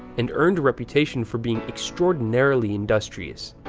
and earned a reputation for being extraordinarily industrious.